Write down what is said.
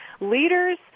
leaders